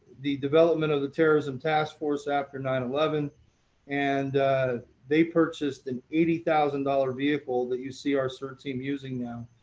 the development of the terrorism task force after nine eleven and they purchased an eighty thousand dollars vehicle that you see our cert team using now.